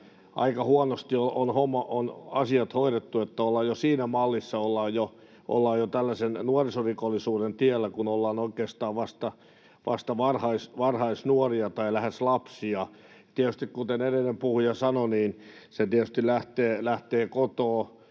aika huonosti on asiat hoidettu, että ollaan siinä mallissa jo, tällaisen nuorisorikollisuuden tiellä, kun ollaan oikeastaan vasta varhaisnuoria tai lähes lapsia. Tietysti, kuten edellinen puhuja sanoi, se lähtee kotoa,